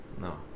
No